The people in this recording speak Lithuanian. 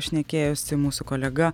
šnekėjosi mūsų kolega